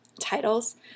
titles